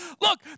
Look